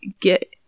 get